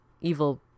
evil